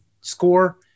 score